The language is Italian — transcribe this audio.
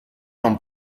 non